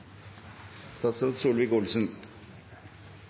statsråd